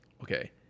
Okay